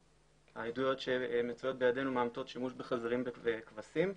שהעדויות שמצויות בידינו מאמתות שימוש בחזירים ובכבשים.